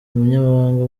umunyamabanga